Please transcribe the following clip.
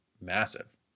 massive